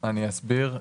אני אסביר.